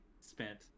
spent